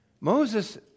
Moses